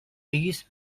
these